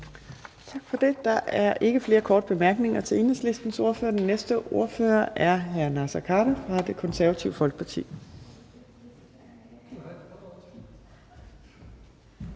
Tak for det. Der er ikke flere korte bemærkninger til Enhedslistens ordfører. Så er den næste ordfører hr. Naser Khader fra Det Konservative Folkeparti.